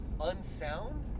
unsound